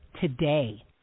today